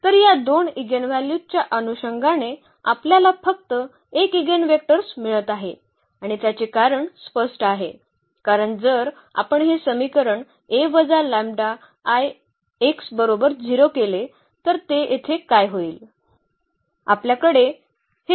तर या 2 इगेनव्ह्ल्यूजच्या अनुषंगाने आपल्याला फक्त 1 इगेनवेक्टर्स मिळत आहे आणि त्याचे कारण स्पष्ट आहे कारण जर आपण हे समीकरण A वजा लंबडा I x बरोबर 0 केले तर ते येथे काय होईल